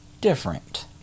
different